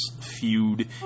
feud